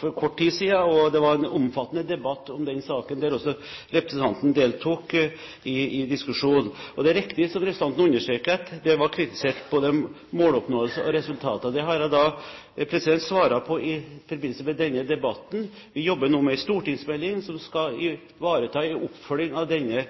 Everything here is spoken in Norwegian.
for kort tid siden. Det ble en omfattende debatt om den saken, der også representanten deltok i diskusjonen. Og det er riktig som representanten understreker: Både måloppnåelse og resultat ble kritisert. Det har jeg svart på i forbindelse med den debatten. Vi jobber nå med en stortingsmelding som skal ivareta en oppfølging av denne